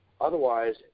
otherwise